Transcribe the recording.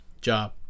job